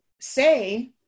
say